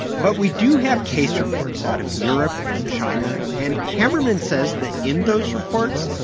but we do have case reports out of europe and china, and hamerman says that in those reports,